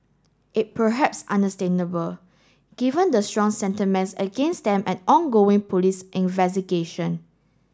it perhaps understandable given the strong sentiments against them and ongoing police investigation